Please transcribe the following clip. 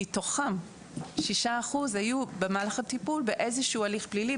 מתוכם 6% היו במהלך הטיפול באיזשהו הליך פלילי,